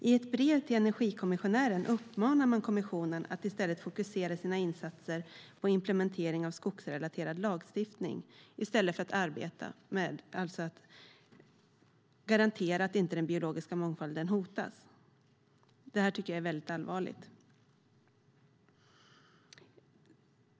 I ett brev till energikommissionären uppmanar man kommissionen att i stället fokusera sina insatser på implementering av skogsrelaterad lagstiftning. Det gör man alltså i stället för att arbeta för att garantera att den biologiska mångfalden inte hotas. Det tycker jag är mycket allvarligt.